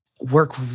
work